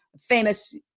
famous